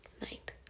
night